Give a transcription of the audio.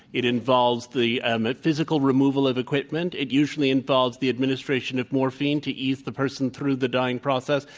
it involves the and the physical removal of equipment. it usually involves the administration of morphine to ease the person through the dying p rocess.